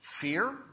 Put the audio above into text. Fear